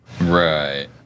Right